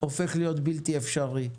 הופך להיות בלתי אפשרי.